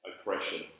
oppression